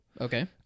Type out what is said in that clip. Okay